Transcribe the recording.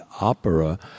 opera